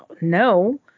no